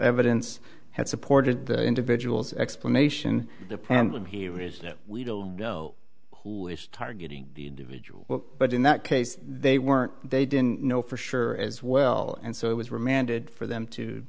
evidence had supported the individuals explanation the plan when he was that we don't know who is targeting the individual but in that case they weren't they didn't know for sure as well and so it was remanded for them to